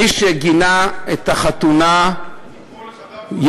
מי שגינה את החתונה יבורך,